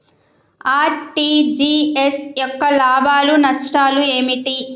RTGS యొక్క లాభాలు నష్టాలు ఏమిటి?